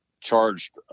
charged